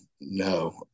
no